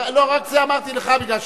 אבל בשביל זה צריך גם את כל העולם.